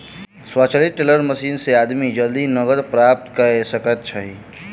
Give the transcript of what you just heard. स्वचालित teller machine से आदमी जल्दी नकद प्राप्त कय सकैत अछि